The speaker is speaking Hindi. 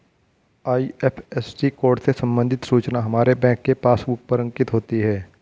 आई.एफ.एस.सी कोड से संबंधित सूचना हमारे बैंक के पासबुक पर अंकित होती है